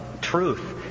truth